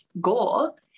goal